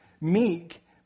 meek